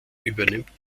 übernimmt